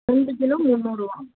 ரெண்டு கிலோ முந்நூறுரூவா